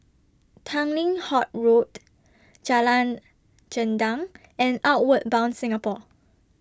Tanglin Halt Road Jalan Gendang and Outward Bound Singapore